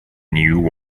new